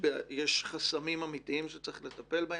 יש חסמים אמיתיים שצריך לטפל בהם?